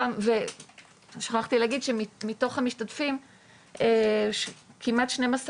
שכחתי להגיד שמתוך המשתתפים כמעט שנים עשר